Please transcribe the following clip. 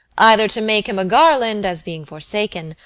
either to make him a garland, as being forsaken,